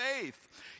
faith